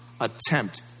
attempt